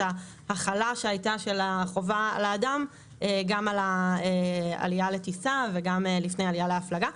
ההחלה שהיתה של החובה לאדם גם על העלייה לטיסה וגם לפני עלייה להפלגה.